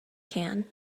can